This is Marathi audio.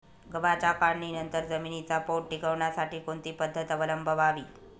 गव्हाच्या काढणीनंतर जमिनीचा पोत टिकवण्यासाठी कोणती पद्धत अवलंबवावी?